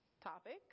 topic